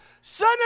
son